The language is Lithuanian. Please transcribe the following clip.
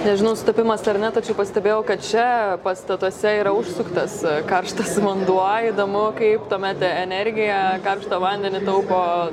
nežinau sutapimas ar ne tačiau pastebėjau kad čia pastatuose yra užsuktas karštas vanduo įdomu kaip tuomet energiją karštą vandenį taupo